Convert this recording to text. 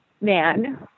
man